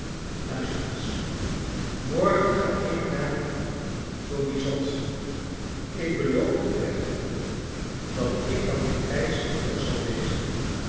luister eens morgen ga ik naar louisot ik beloof u plechtig dat ik dan bijtijds terug zal wezen